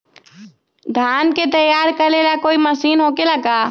धान के तैयार करेला कोई मशीन होबेला का?